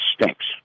stinks